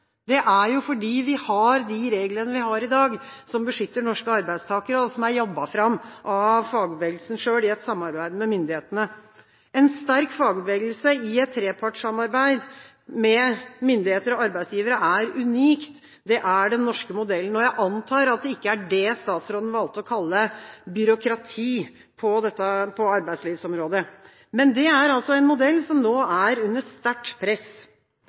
det er sånn. Det er fordi vi har de reglene vi har i dag, som beskytter norske arbeidstakere, og som er jobbet fram av fagbevegelsen selv, i et samarbeid med myndighetene. En sterk fagbevegelse, i et trepartssamarbeid med myndigheter og arbeidsgivere, er unikt. Det er den norske modellen, og jeg antar at det ikke er det statsråden valgte å kalle «byråkrati» på arbeidslivsområdet. Men det er en modell som nå er under sterkt press.